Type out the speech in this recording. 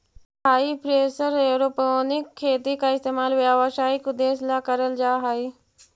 हाई pressure aeroponic खेती का इस्तेमाल व्यावसायिक उद्देश्य ला करल जा हई